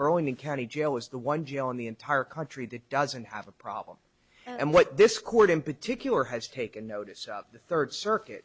burlington county jail is the one jail in the entire country that doesn't have a problem and what this court in particular has taken notice of the third circuit